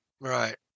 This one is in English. Right